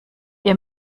ihr